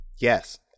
Yes